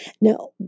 Now